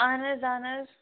اَہَن حظ اہن حظ